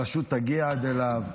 הרשות תגיע עד אליו,